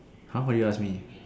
how about you ask me